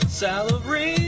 salary